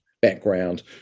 background